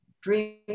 dream